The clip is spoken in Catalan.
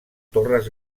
torres